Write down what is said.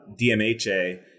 DMHA